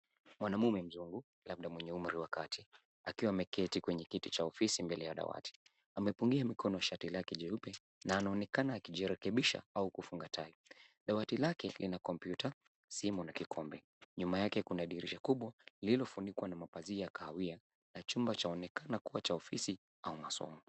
Mwanamume mzungu labda mwenye umri wa kati akiwa ameketi kwenye kiti cha ofisi mbele ya dawati. Amepungia mikono shati lake jeupe na anaonekana akijirekebisha au kufunga tai. Dawati lake lina kompyuta, simu na kikombe. Nyuma yake kuna dirisha kubwa lililofunikwa na mapazia ya kahawia na chumba chaonekana kuwa cha ofisi au masomo.